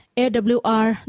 awr